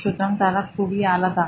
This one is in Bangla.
সুতরাং তারা খুবই আলাদা